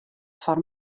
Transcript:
foar